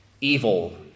evil